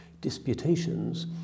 disputations